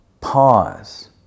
Pause